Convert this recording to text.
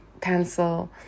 pencil